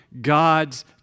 God's